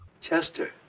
Chester